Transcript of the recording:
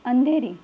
Andheri